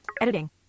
Editing